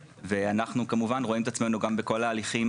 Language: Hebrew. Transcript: ואנחנו כמובן רואים את עצמנו גם בכל ההליכים